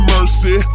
Mercy